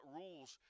rules